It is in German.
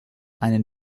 einen